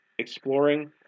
exploring